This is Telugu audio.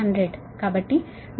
58100 కాబట్టి 93